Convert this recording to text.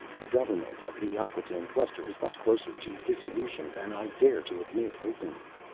the government of the acquataine cluster is much closer to dissolution than i dare to admit openly.